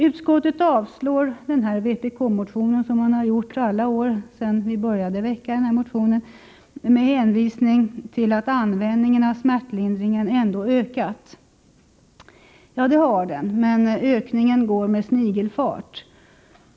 Utskottet avstyrker vpk-motionen, som man har gjort alla år sedan vi började väcka den, med hänvisning till att användningen av smärtlindring ändå ökat. Ja, det har den, men ökningen går med snigelfart.